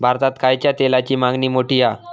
भारतात खायच्या तेलाची मागणी मोठी हा